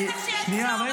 בטח שיש צורך.